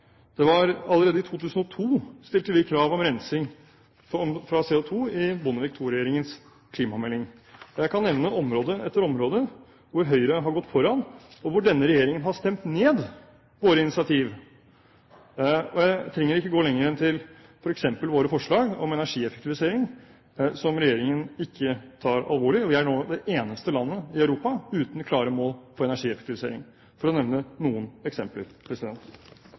det var vi som opprettet CLIMIT. Allerede i 2002 stilte vi krav om rensing av CO2 i Bondevik II-regjeringens klimamelding. Jeg kan nevne område etter område hvor Høyre har gått foran, og hvor denne regjeringen har stemt ned våre initiativ. Jeg trenger ikke gå lenger enn til f.eks. våre forslag om energieffektivisering, som regjeringen ikke tar alvorlig, og vi er nå det eneste landet i Europa uten klare mål for energieffektivisering – for å nevne noen eksempler.